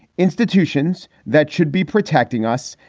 institutions that should be protecting us,